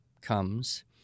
comes